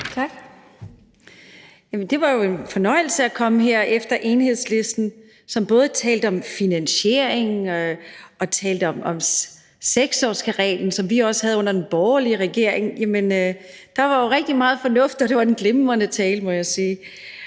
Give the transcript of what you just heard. Tak. Det er jo en fornøjelse at komme her efter Enhedslisten, som både talte om finansiering og talte om 6-årsreglen, som vi også havde under den borgerlige regering. Der var jo rigtig meget fornuft, og det var en glimrende tale, må jeg sige.